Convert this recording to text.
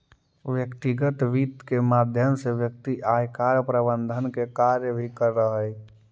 व्यक्तिगत वित्त के माध्यम से व्यक्ति आयकर प्रबंधन के कार्य भी करऽ हइ